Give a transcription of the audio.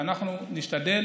ואנחנו נשתדל